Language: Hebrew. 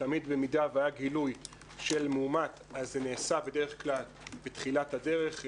תמיד במידה שהיה גילוי של מאומת אז זה נעשה בדרך כלל בתחילת הדרך,